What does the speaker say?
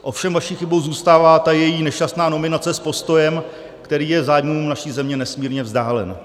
Ovšem vaší chybou zůstává její nešťastná nominace s postojem, který je zájmům naší země nesmírně vzdálen.